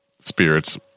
spirits